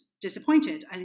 disappointed